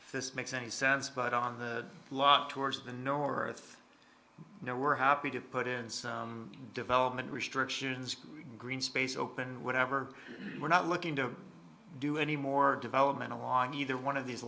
this makes any sense but on the block towards the north no were happy to put in some development restrictions green space open whatever we're not looking to do any more development along either one of these